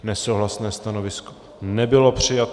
Nesouhlasné stanovisko nebylo přijato.